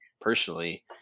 personally